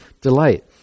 delight